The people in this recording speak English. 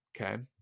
okay